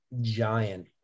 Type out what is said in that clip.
giant